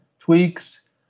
tweaks